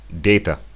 data